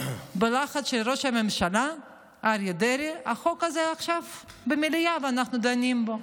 בלחץ של ראש הממשלה אריה דרעי החוק הזה עכשיו במליאה ואנחנו דנים בו.